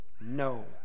no